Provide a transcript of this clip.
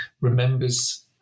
remembers